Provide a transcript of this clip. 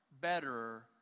better